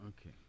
Okay